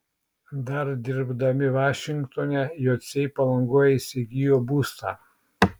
dar dirbdami vašingtone jociai palangoje įsigijo būstą